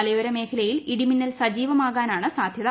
മലയോര മേഖലയിൽ ഇടിമിന്നൽ സജീവമാകാനാണ് സാധ്യത